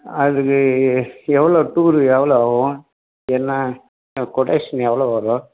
அதுக்கு எவ்வளோ டூர் எவ்வளோ ஆவும் என்ன கொட்டேஷன் எவ்வளோ வரும்